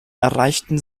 erreichten